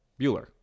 Bueller